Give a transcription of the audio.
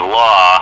law